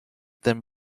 them